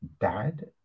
dad